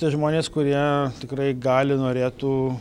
tie žmonės kurie tikrai gali norėtų